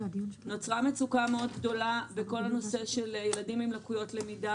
נוצרה מצוקה גדולה מאוד בכל הנושא של ילדים עם לקויות למידה.